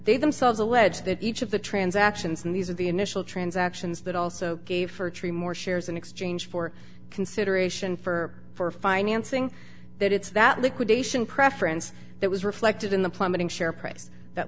they themselves allege that each of the transactions and these are the initial transactions that also pay for three more shares in exchange for consideration for for financing that it's that liquidation preference that was reflected in the plummeting share price that